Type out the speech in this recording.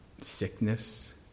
Sickness